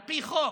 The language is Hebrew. על פי חוק.